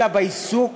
אלא בעיסוק